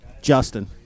Justin